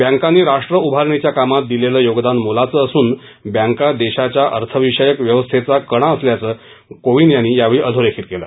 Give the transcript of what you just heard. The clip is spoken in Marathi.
बँकांनी राष्ट्र उभारणीच्या कामात दिलेलं योगदान मोलाचं असून बँका देशाच्या अर्थविषयक व्यवस्थेचा कणा असल्याचं कोविंद यांनी यावेळी अधोरेखित केलं